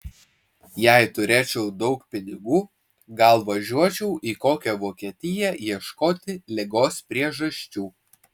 jei turėčiau daug pinigų gal važiuočiau į kokią vokietiją ieškoti ligos priežasčių